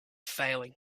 failing